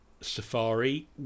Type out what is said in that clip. Safari